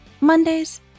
Mondays